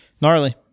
Gnarly